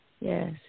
Yes